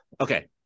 Okay